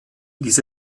ließ